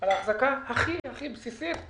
על ההחזקה הכי הכי בסיסית.